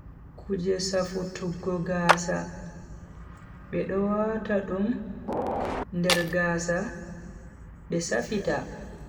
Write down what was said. kuje safutuggo gaasa, bedo wata dum nges gaasa be safita.